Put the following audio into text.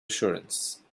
assurance